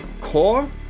Core